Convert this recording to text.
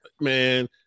man